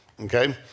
Okay